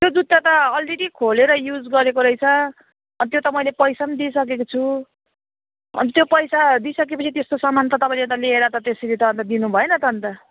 त्यो जुत्ता त अलरेडी खोलेर युज गरेको रहेछ अब त्यो त मैले त पैसा पनि दिइसकेको छु अनि त्यो पैसा दिइसकेपछि त्यस्तो सामान त तपाईँले लिएर त त्यसरी त अन्त दिनुभएन त अन्त